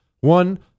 One